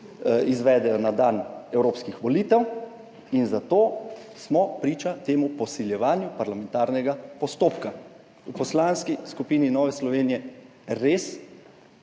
izvedejo na dan evropskih volitev in zato smo priča temu posiljevanju parlamentarnega postopka. V Poslanski skupini Nove Slovenije res